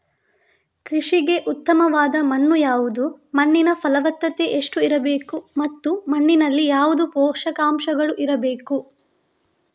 ಕೃಷಿಗೆ ಉತ್ತಮವಾದ ಮಣ್ಣು ಯಾವುದು, ಮಣ್ಣಿನ ಫಲವತ್ತತೆ ಎಷ್ಟು ಇರಬೇಕು ಮತ್ತು ಮಣ್ಣಿನಲ್ಲಿ ಯಾವುದು ಪೋಷಕಾಂಶಗಳು ಇರಬೇಕು?